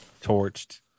torched